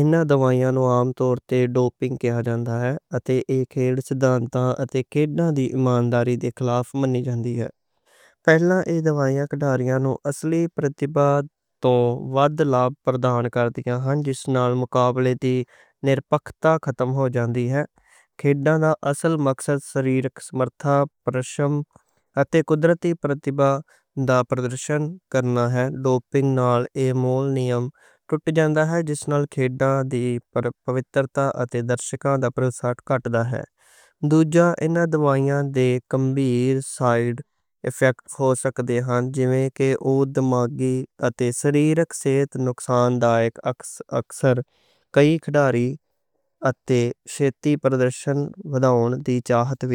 انہاں دوائیاں نوں عام طور تے ڈوپنگ کہا جاندا ہے اتے اے کھیڑ سدھانتاں اتے کھیڑاں دی ایمان داری دے خلاف منی جاندی ہے۔ اتے کھیڑ سدھانتاں دی پوِترتا اتے درشکاں دا بھروسہ کٹدا ہے۔ دوجا، انہاں دوائیاں دے سنگین سائیڈ ایفیکٹ ہو سکتے ہن، جیویں کہ دماغی اتے سریرک نقصان دا۔ اکثر کئی کھلاڑی اتے شیٹی پردرشن وਧ کردے ہن۔